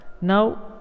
Now